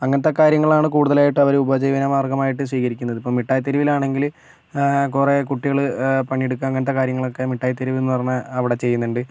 അങ്ങനെത്തെ കാര്യങ്ങളാണ് കുടുതലായിട്ടും അവര് ഉപജീവന മാർഗ്ഗമായിട്ട് സ്വീകരിക്കുന്നത് ഇപ്പോൾ കുറെ കുട്ടികള് പണിയെടുക്കുക അങ്ങനെത്തെ കാര്യങ്ങളൊക്കെ മിഠായിതെരുവ് എന്ന് പറഞ്ഞ അവിടെ ചെയ്യുന്നുണ്ട്